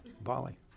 bali